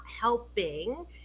helping